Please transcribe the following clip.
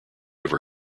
over